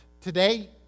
Today